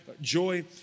joy